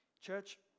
Church